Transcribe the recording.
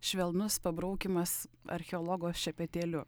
švelnus pabraukymas archeologo šepetėliu